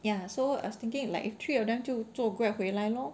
ya so I was thinking if like three of them 就做 grab 回来 lor